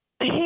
Hey